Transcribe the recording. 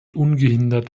ungehindert